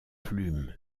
plume